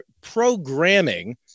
programming